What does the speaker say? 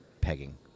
pegging